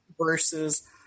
versus